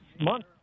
month